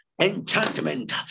Enchantment